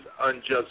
unjust